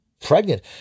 Pregnant